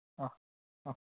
ആ ആ